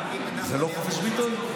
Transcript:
זה לא חופש ביטוי.